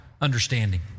understanding